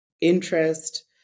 interest